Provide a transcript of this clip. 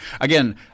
again